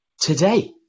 today